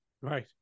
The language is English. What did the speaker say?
Right